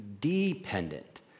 dependent